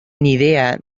idea